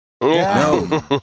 No